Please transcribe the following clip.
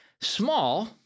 small